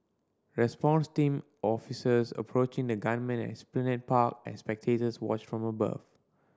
response team officers approaching the gunman at Esplanade Park as spectators watch from above